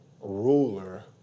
ruler